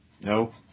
No